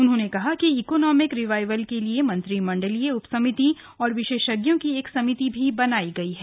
उन्होंने कहा कि इकोनोमिक रिवाइवल के लिए मंत्रिमण्डलीय उपसमिति और विशेषज्ञों की एक समिति भी बनाई गई है